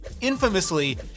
infamously